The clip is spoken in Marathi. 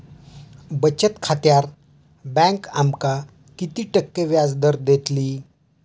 बचत खात्यार बँक आमका किती टक्के व्याजदर देतली?